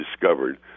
discovered